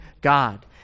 God